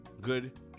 good